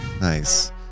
nice